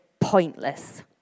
pointless